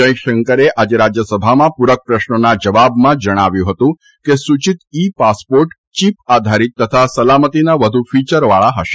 જયશંકરે આજે રાજ્યસભામાં પૂરક પ્રશ્નોના જવાબમાં જણાવ્યું હતું કે સૂચિત ઇ પાસપોર્ટ ચીપ આધારીત તથા સલામતીના વધુ ફિચરવાળા હશે